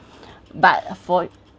but for